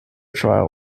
trial